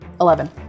Eleven